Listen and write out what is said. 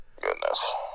Goodness